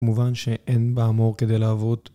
מובן שאין באמור כדי להוות